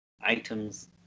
items